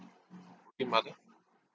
three month ah